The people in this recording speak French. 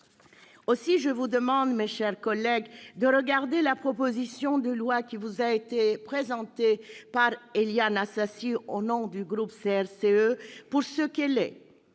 Aussi, je vous demande, mes chers collègues, de considérer la proposition de loi qui vous a été présentée par Éliane Assassi au nom du groupe communiste